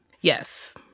Yes